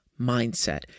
mindset